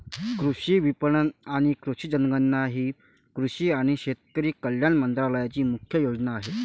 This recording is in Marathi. कृषी विपणन आणि कृषी जनगणना ही कृषी आणि शेतकरी कल्याण मंत्रालयाची मुख्य योजना आहे